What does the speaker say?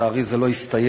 לצערי זה לא הסתייע,